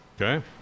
Okay